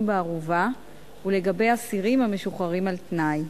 בערובה ולגבי אסירים המשוחררים על-תנאי.